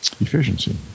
efficiency